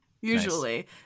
Usually